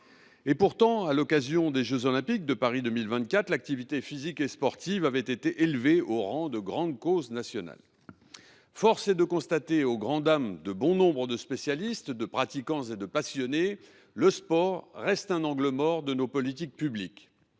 Pourtant, à l’occasion des jeux Olympiques de Paris 2024, l’activité physique et sportive a été élevée au rang de grande cause nationale… Force est de le constater : au grand dam de bon nombre de spécialistes, de pratiquants et de passionnés, le sport reste un angle mort de nos politiques publiques.